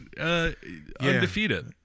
undefeated